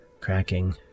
cracking